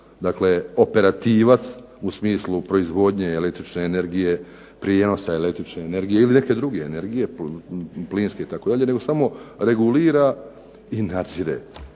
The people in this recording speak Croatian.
dakle operativac u smislu proizvodnje električne energije, prijenosa električne energije ili neke druge energije, plinske itd., nego samo regulira i nadzire